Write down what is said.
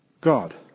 God